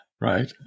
right